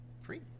free